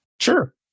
Sure